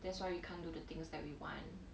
that's why we can't do the things that we want